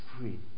free